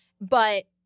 but-